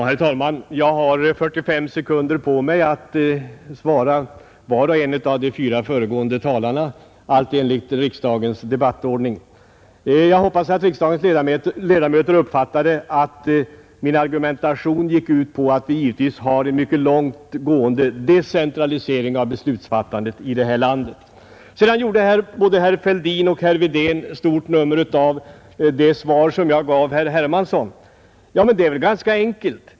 Herr talman! Jag har enligt riksdagens debattordning 45 sekunder på mig att svara var och en av de fyra föregående talarna. Jag hoppas riksdagens ledamöter uppfattade att min argumentation gick ut på att vi givetvis har en mycket långtgående decentralisering av beslutsfattandet i detta land. Både herr Fälldin och herr Wedén gjorde stort nummer av mitt svar till herr Hermansson i Stockholm. Men det hela är väl ganska enkelt.